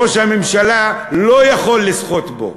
ראש הממשלה לא יכול לשחות בו,